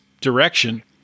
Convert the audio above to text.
direction